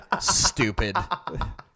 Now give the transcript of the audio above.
stupid